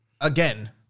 again